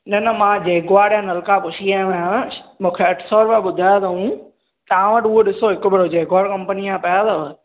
न न मां जेक्वार नलका पुछी आयो आहियां मूंखे अठ सौ रुपिया ॿुधायां अथऊं तव्हां वटि डि॒सो उहो हिकु वार जेक्वार कंपनी जा पया अथव